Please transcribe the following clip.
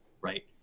Right